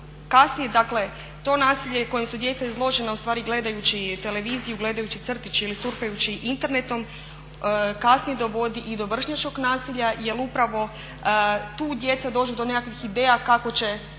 kasnije dakle to nasilje kojem su djeca izložena ustvari gledajući televiziju, gledajući crtiće ili surfajući internetom kasnije dovodi i do vršnjačkog nasilja jel upravo tu djeca dođu do nekakvih ideja kako će